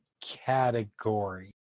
category